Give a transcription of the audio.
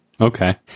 Okay